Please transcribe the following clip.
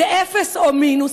זה אפס או מינוס,